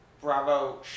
Bravo